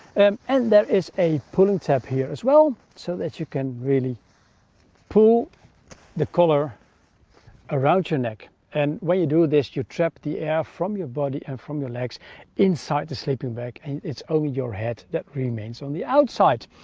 um and there is a pulling tab here as well so that you can really pull the collar around your neck and when you do this you trap the air from your body and from your legs inside the sleeping bag and it's only your head that remains on the outside.